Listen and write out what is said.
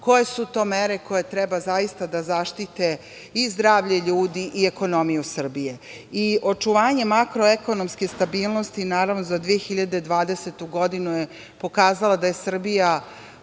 koje su to mere koje treba zaista da zaštite zdravlje ljudi i ekonomiju Srbije. Očuvanje makroekonomske stabilnosti za 2020. godinu je pokazala da je Srbija